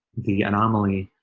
the anomaly,